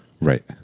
Right